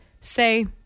say